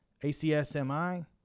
ACSMI